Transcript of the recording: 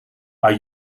are